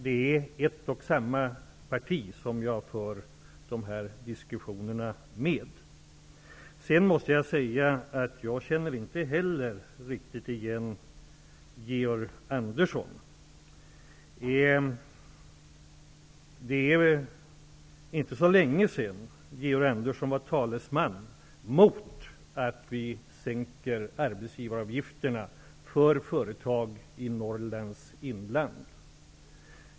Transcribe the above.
Det är ett och samma parti som jag för dessa diskussioner med. Jag känner heller inte riktigt igen Georg Andersson. Det är inte så länge sedan Georg Andersson talade mot att arbetsgivaravgifterna sänks för företag i Norrlands inland.